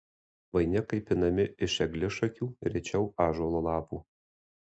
vainikai pinami iš eglišakių rečiau ąžuolo lapų